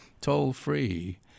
toll-free